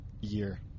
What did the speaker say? year